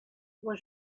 was